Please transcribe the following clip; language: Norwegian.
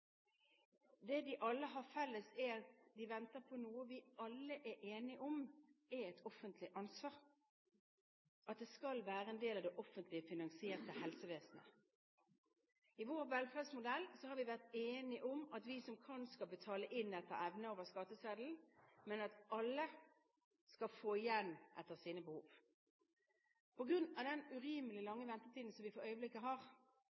Det de alle har felles, er at de venter på noe vi alle er enige om er et offentlig ansvar, at det skal være en del av den offentlige finansieringen av helsevesenet. I vår velferdsmodell har vi vært enige om at de som kan, skal betale inn etter evne over skatteseddelen, men at alle skal få igjen etter sine behov. På grunn av den urimelig lange ventetiden som vi for øyeblikket har,